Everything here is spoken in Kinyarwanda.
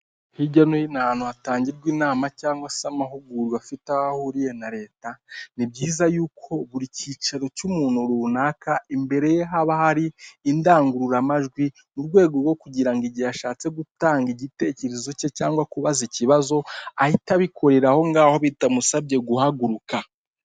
Hirya no hino ahantu hatangirwa inama cyangwa se amahugurwa afite aho ahuriye na leta ni byiza yuko buri cyiciro cy'umuntu runaka imbere ye haba hari indangururamajwi mu rwego rwo kugira ngo igihe ashatse gutanga igitekerezo cye cyangwa kubaza ikibazo ahita abikore aho ngaho bitamusabye guhaguruka.